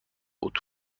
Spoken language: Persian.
بود